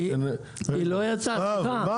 היא לא יצאה --- הבנו את הבעיה.